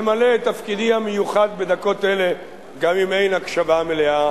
למלא את תפקידי המיוחד בדקות אלה גם אם אין הקשבה מלאה